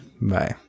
Bye